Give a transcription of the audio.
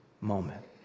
moment